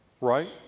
Right